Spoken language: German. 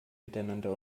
miteinander